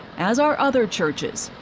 as are other churches.